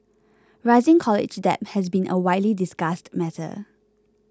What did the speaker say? rising college debt has been a widely discussed matter